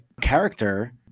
character